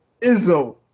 Izzo